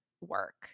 work